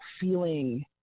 feeling